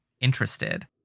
interested